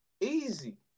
Easy